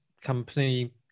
company